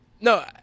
No